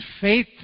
faith